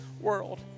world